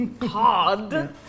hard